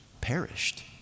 perished